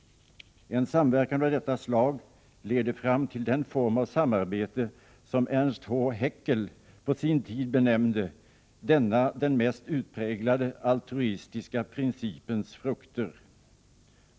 En samverkan av detta slag leder fram till den form av samarbete som Ernst H. Haeckel på sin tid benämnde ”denna den mest utpräglade altruistiska principens frukt”.